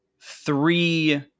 three